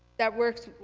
that works,